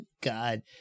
God